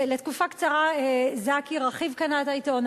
ולתקופה קצרה זכי רכיב קנה את העיתון,